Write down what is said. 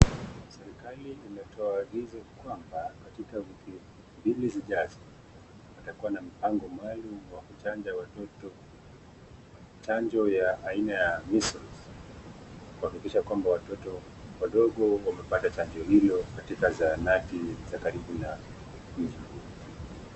Serikali imetoa agizo kwamba katika wiki mbili zijazo, kutakuwa na mpango maalum wa kuchanja watoto chanjo ya aina ya measles kuhakikisha kwamba watoto wadogo wamepata chanjo hiyo katika zahanati za karibu na mji huo.